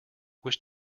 wish